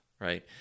right